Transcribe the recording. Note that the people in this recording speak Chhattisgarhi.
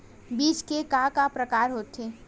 बीज के का का प्रकार होथे?